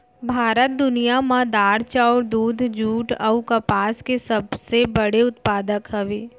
भारत दुनिया मा दार, चाउर, दूध, जुट अऊ कपास के सबसे बड़े उत्पादक हवे